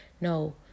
No